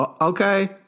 okay